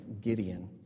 Gideon